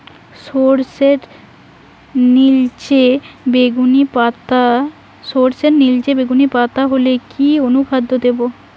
সরর্ষের নিলচে বেগুনি পাতা হলে কি অনুখাদ্য দেবো?